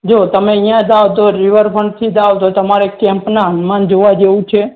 જો તમે અહીંયાં જાઓ તો રીવરફ્રન્ટથી જાઓ તો તમારે કેમ્પના હનુમાન જોવા જેવું છે